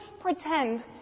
pretend